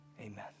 amen